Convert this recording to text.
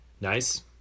Nice